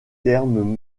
terme